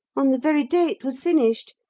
on the very day it was finished,